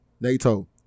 NATO